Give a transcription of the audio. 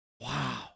Wow